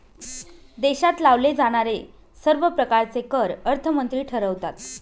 देशात लावले जाणारे सर्व प्रकारचे कर अर्थमंत्री ठरवतात